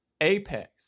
Apex